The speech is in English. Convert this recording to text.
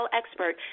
expert